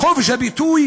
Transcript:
חופש הביטוי